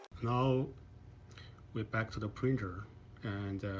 now we're back to the printer and